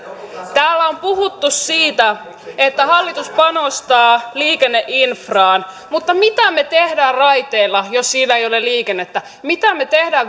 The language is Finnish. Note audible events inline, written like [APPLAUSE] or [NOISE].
täällä on puhuttu siitä että hallitus panostaa liikenneinfraan mutta mitä me teemme raiteilla jos siellä ei ole liikennettä mitä me teemme [UNINTELLIGIBLE]